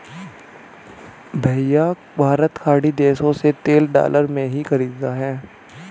भैया भारत खाड़ी देशों से तेल डॉलर में ही खरीदता है